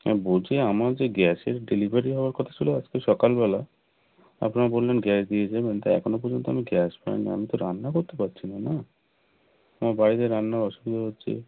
হ্যাঁ বলছি আমার যে গ্যাসের ডেলিভারি হওয়ার কথা ছিলো আজকে সকালবেলা আপনারা বললেন গ্যাস দিয়ে যাবেন তা এখনও পর্যন্ত আমি গ্যাস পাইনি আমি তো রান্না করতে পাচ্ছি না না আমার বাড়িতে রান্নার অসুবিধে হচ্ছে